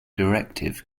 directive